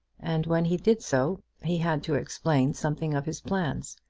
and when he did so he had to explain something of his plans.